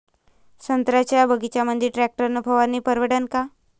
संत्र्याच्या बगीच्यामंदी टॅक्टर न फवारनी परवडन का?